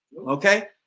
Okay